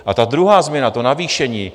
A ta druhá změna, to navýšení.